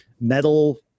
metal